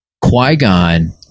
Qui-Gon